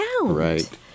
Right